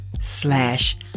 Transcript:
slash